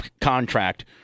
contract